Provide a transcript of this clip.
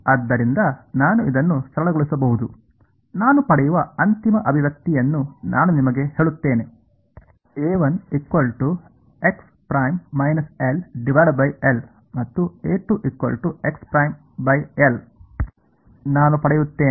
ಆದ್ದರಿಂದ ನಾನು ಇದನ್ನು ಸರಳಗೊಳಿಸಬಹುದು ನಾನು ಪಡೆಯುವ ಅಂತಿಮ ಅಭಿವ್ಯಕ್ತಿಯನ್ನು ನಾನು ನಿಮಗೆ ಹೇಳುತ್ತೇನೆ ಮತ್ತು ನಾನು ಪಡೆಯುತ್ತೇನೆ